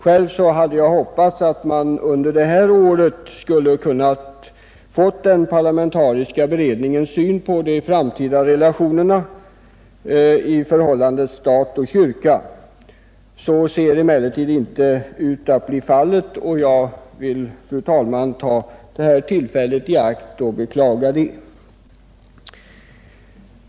Jag hade själv hoppats att man under detta år skulle ha kunnat få ta del av den parlamentariska beredningens syn på de framtida relationerna mellan stat och kyrka. Så ser det emellertid inte ut att bli, och jag vill, fru talman, vid detta tillfälle beklaga det.